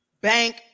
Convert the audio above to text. bank